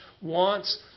wants